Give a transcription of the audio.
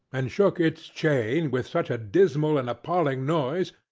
and shook its chain with such a dismal and appalling noise,